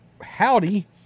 Howdy